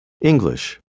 English